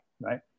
Right